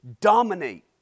dominate